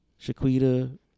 Shaquita